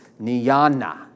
Niyana